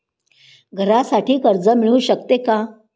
घरासाठी कर्ज मिळू शकते का?